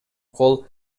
кол